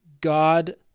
God